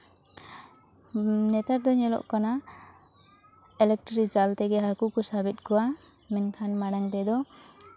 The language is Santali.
ᱱᱮᱛᱟᱨ ᱫᱚ ᱧᱮᱞᱚᱜ ᱠᱟᱱᱟ ᱤᱞᱮᱠᱴᱨᱤ ᱡᱟᱞ ᱛᱮᱜᱮ ᱦᱟᱹᱠᱩ ᱠᱚ ᱥᱟᱵᱮᱫ ᱠᱚᱣᱟ ᱢᱮᱱᱠᱷᱟᱱ ᱢᱟᱲᱟᱝ ᱛᱮᱫᱚ